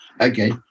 okay